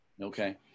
Okay